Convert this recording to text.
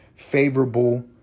favorable